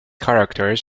characters